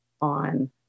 on